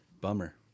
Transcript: Bummer